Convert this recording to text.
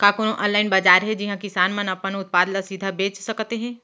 का कोनो अनलाइन बाजार हे जिहा किसान मन अपन उत्पाद ला सीधा बेच सकत हे?